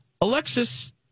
Alexis